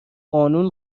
قانون